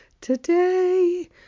Today